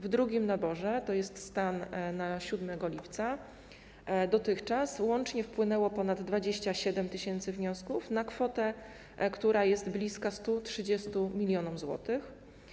W drugim naborze, tj. stan na 7 lipca, dotychczas łącznie wpłynęło ponad 27 tys. wniosków na kwotę, która jest bliska 130 mln zł.